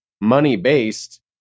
money-based